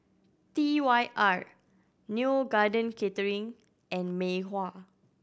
T Y R Neo Garden Catering and Mei Hua